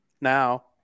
Now